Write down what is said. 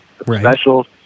Special